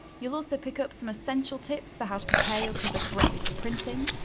you'll also pick up some essential tips for how to prepare your cover correctly for printing.